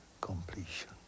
completion